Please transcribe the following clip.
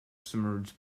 submerged